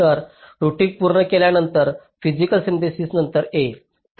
तर रूटिंग पूर्ण केल्या नंतर फिसिकल सिन्थेसिस नंतर येईल